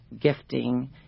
gifting